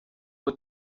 waba